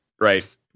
right